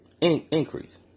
increase